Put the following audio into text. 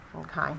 okay